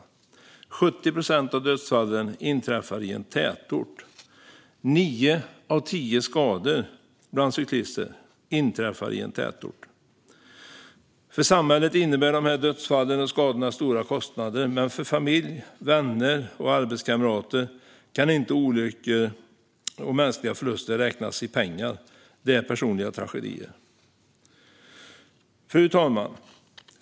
Av dödsfallen är det 70 procent som inträffar i en tätort, och nio av tio skador bland cyklister inträffar i en tätort. För samhället innebär dessa dödsfall och skador stora kostnader, men för familj, vänner och arbetskamrater kan inte olyckor och mänskliga förluster räknas i pengar - det är personliga tragedier. Fru talman!